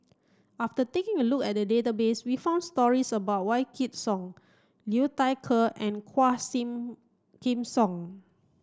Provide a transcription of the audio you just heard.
after taking a look at the database we found stories about Wykidd Song Liu Thai Ker and Quah Sing Kim Song